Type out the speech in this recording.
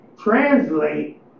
translate